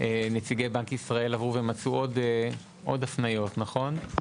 נציגי בנק ישראל מצאו עוד הפניות, נכון?